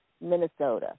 Minnesota